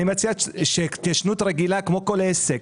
אני מציע התיישנות רגילה כמו כל עסק,